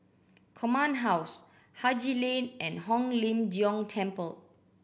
Command House Haji Lane and Hong Lim Jiong Temple